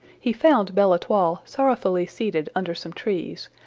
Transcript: he found belle-etoile sorrowfully seated under some trees,